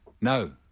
No